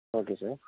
okay sir